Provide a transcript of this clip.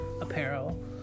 apparel